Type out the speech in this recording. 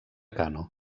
kano